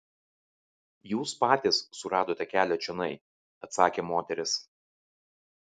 jūs patys suradote kelią čionai atsakė moteris